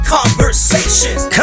Conversations